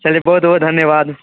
चलिए बहुत बहुत धन्यवाद